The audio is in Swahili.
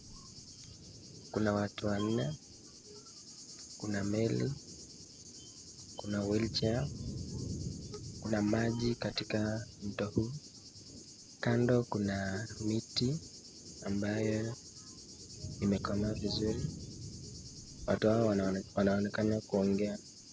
Kuna watu wanne, kuna meli, kuna wheelchair ,kuna maji katika mto huu. Kando kuna miti ambayo imekomaa vizuri, watu hawa wanaonekana kuongea.